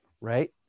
right